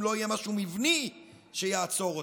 אם לא יהיה משהו מבני שיעצור אותם.